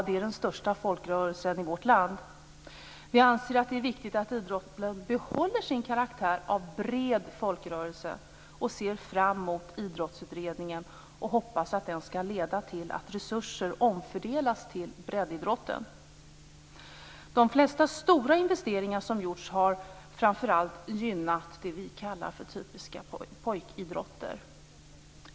Det är den största folkrörelsen i vårt land. Vi anser att det är viktigt att idrotten behåller sin karaktär av bred folkrörelse och ser fram mot Idrottsutredningen och hoppas att den skall leda till att resurser omfördelas till breddidrotten. De flesta stora investeringar som har gjorts har framför allt gynnat det som vi kallar för typiska pojkidrotter.